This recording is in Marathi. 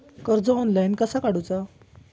कर्ज ऑनलाइन कसा काडूचा?